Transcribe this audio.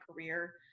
career